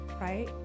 right